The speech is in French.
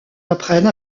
apprennent